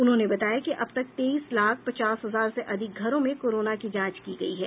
उन्होंने बताया कि अब तक तेईस लाख पचास हजार से अधिक घरों में कोरोना की जांच की गयी है